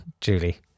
Julie